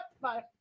Bye